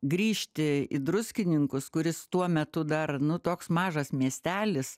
grįžti į druskininkus kuris tuo metu dar nu toks mažas miestelis